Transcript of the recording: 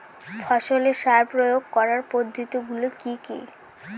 ফসলে সার প্রয়োগ করার পদ্ধতি গুলি কি কী?